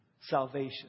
salvation